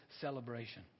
celebration